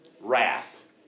Wrath